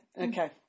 Okay